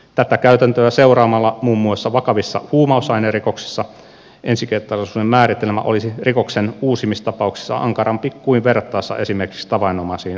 tätä käytäntöä seuraamalla muun muassa vakavissa huumausainerikoksissa ensikertalaisuuden määritelmä olisi rikoksen uusimistapauksissa ankarampi kuin verrattaessa esimerkiksi tavanomaisiin omaisuusrikoksiin